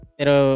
Pero